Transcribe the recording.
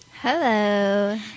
Hello